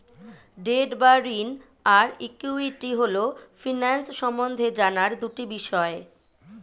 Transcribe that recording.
date বা ঋণ আর ইক্যুইটি হল ফিন্যান্স সম্বন্ধে জানার দুটি বিষয়